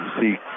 See